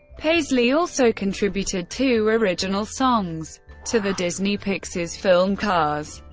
paisley also contributed two original songs to the disney pixar's film cars.